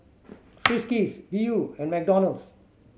Friskies Viu and McDonald's